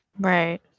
right